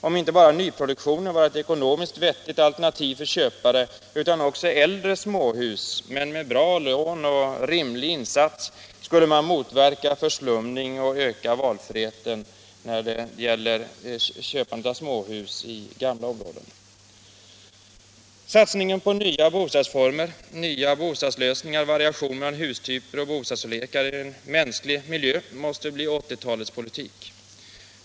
Om inte bara nyproduktionen var ett ekonomiskt vettigt alternativ för köpare utan också äldre småhus med bra lån och rimlig insats, skulle man motverka förslumning och öka valfriheten. Satsning på nya bostadsformer, nya bostadslösningar och variationer i hustyper och bostadsstorlekar i en mänsklig miljö måste bli 1980-talets bostadspolitik.